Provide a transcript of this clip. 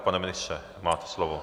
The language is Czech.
Pane ministře, máte slovo.